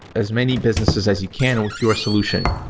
as many businesses as you can with your solution,